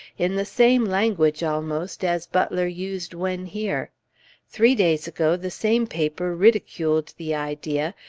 in the same language almost as butler used when here three days ago the same paper ridiculed the idea,